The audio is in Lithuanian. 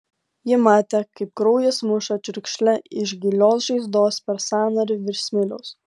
ji matė kaip kraujas muša čiurkšle iš gilios žaizdos per sąnarį virš smiliaus